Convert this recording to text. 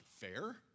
fair